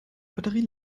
batterie